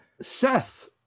Seth